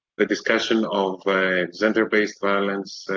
the discussion on gender-based violence